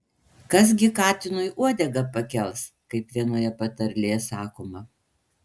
kas gi katinui uodegą pakels kaip vienoje patarlėje sakoma